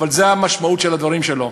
אבל זאת המשמעות של הדברים שלו,